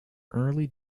early